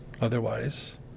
Otherwise